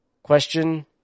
Question